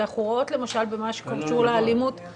כי אנחנו רואים למשל במה שקשור להתמודדות